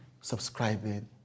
subscribing